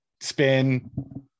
spin